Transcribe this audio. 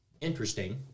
interesting